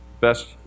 best